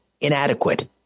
inadequate